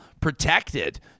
protected